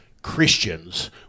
christians